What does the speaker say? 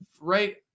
right